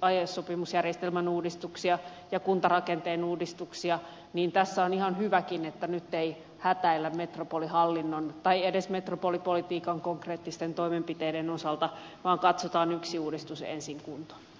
aiesopimusjärjestelmän uudistuksia ja kuntarakenteen uudistuksia niin tässä on ihan hyväkin että nyt ei hätäillä metropolihallinnon tai edes metropolipolitiikan konkreettisten toimenpiteiden osalta vaan katsotaan yksi uudistus ensin kuntoon